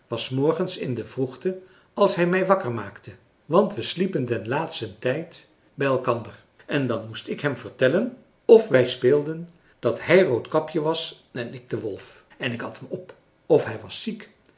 s morgens in de vroegte als hij mij wakker maakte want we sliepen den laatsten tijd bij elkander en dan moest ik hem vertellen of wij speelden dat hij roodkapje was en ik de wolf en ik at hem op of hij was ziek